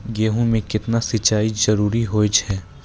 गेहूँ म केतना सिंचाई जरूरी होय छै?